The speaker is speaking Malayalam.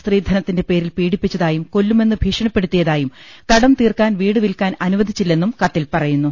സ്ത്രീധനത്തിന്റെ പേരിൽ പീഡി പ്പിച്ചതായും കൊല്ലുമെന്ന് ഭീഷണിപ്പെടുത്തിയതായും കടം തീർക്കാൻ വീട് വിൽക്കാൻ അനുവദിച്ചില്ലെന്നും കത്തിൽ പറയുന്നു